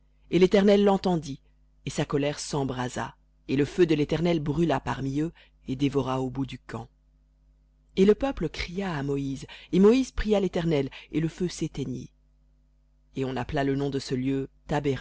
et l'éternel l'entendit et sa colère s'embrasa et le feu de l'éternel brûla parmi eux et dévora au bout du camp et le peuple cria à moïse et moïse pria l'éternel et le feu séteignit et on appela le nom de ce lieu